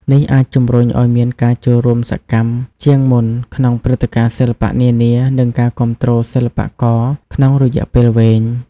នេះអាចជំរុញឲ្យមានការចូលរួមសកម្មជាងមុនក្នុងព្រឹត្តិការណ៍សិល្បៈនានា និងការគាំទ្រសិល្បករក្នុងរយៈពេលវែង។